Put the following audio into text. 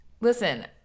Listen